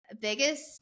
Biggest